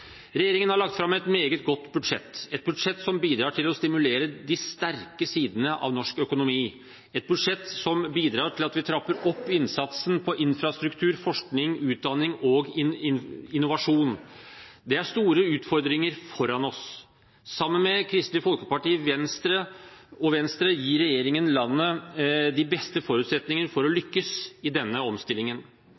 Regjeringen har lagt fram et meget godt budsjett, et budsjett som bidrar til å stimulere de sterke sidene av norsk økonomi, et budsjett som bidrar til at vi trapper opp innsatsen på infrastruktur, forskning, utdanning og innovasjon. Det er store utfordringer foran oss. Sammen med Kristelig Folkeparti og Venstre gir regjeringen landet de beste forutsetninger for å lykkes i denne omstillingen.